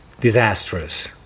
disastrous